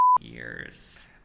years